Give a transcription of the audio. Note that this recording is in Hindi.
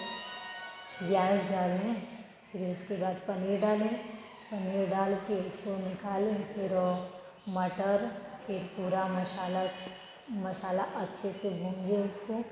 प्याज़ डाले फिर उसके बाद पनीर डाले पनीर डाल कर उसको हम निकाले फिर वह मटर फिर पूरा मसाला मसाला अच्छे से भूजे उसको